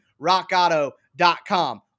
rockauto.com